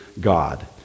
God